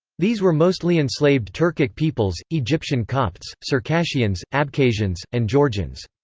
these were mostly enslaved turkic peoples, egyptian copts, circassians, abkhazians, and georgians.